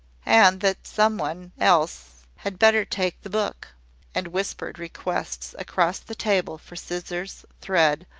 and that some one else had better take the book and whispered requests across the table for scissors, thread,